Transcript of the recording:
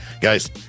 Guys